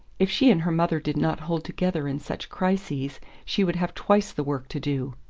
if she and her mother did not hold together in such crises she would have twice the work to do.